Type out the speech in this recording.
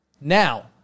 Now